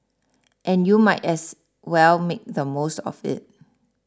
and you might as well make the most of it